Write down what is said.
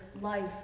life